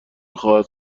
خواهد